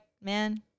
man